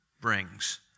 brings